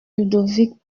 ludovic